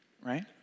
right